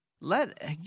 Let